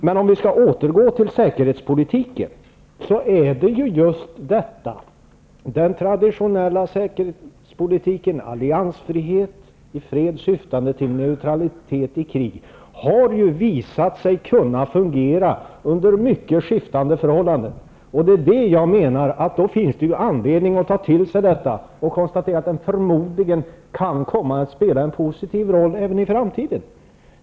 Men om vi skall återgå till säkerhetspolitiken, har just den traditionella säkerhetspolitiken; alliansfrihet i fred syftande till neutralitet i krig, visat sig fungera under mycket skiftande förhållanden. Jag menar att det finns anledning att ta till sig detta och konstatera att den förmodligen kan komma att spela en positiv roll även i framtiden.